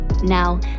Now